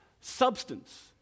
substance